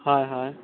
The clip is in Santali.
ᱦᱮᱸ ᱦᱮᱸ